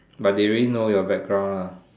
but they already know your background lah